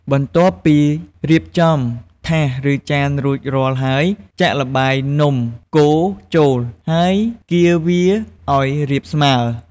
បន្ទាប់ពីរៀបចំថាស ឬ ចានរួចរាល់ហើយ ចាក់ល្បាយនំកូរចូល ហើយកៀរវាឱ្យរាបស្មើ។